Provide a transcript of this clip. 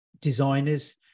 designers